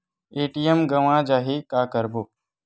ATM गवां जाहि का करबो?